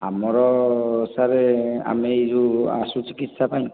ଆମର ସାର୍ ଆମେ ଏହି ଯେଉଁ ଆଶୁ ଚିକିତ୍ସା ପାଇଁ